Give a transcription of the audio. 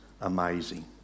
amazing